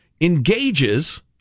engages